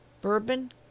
Bourbon